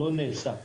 לא נעשה,